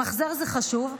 למחזר זה חשוב,